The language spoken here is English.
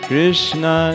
Krishna